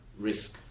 risk